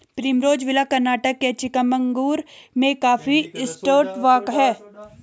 Primrose villa Karnataka के चिकमगलूर में coffee estate walk हैं